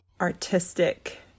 artistic